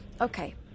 Okay